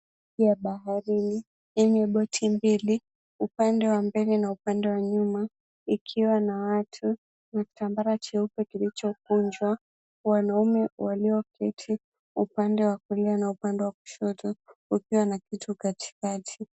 Juu ya bahari yenye boti mbili, upande wa mbele na upande wa nyuma ikiwa na watu na kitambara cheupe kilichokunjwa. Wanaume walioketi upande wa kulia na upande wa kushoto kukiwa na kitu katikati.